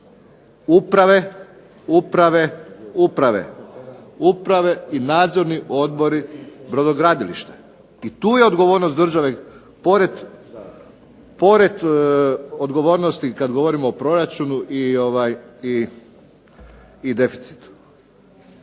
kriv? Uprave, uprave, uprave i nadzorni odbori, brodogradilište. I tu je odgovornost države pored odgovornosti kad govorimo o proračunu i deficitu.